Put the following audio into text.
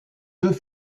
deux